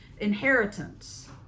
inheritance